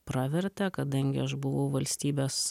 pravertė kadangi aš buvau valstybės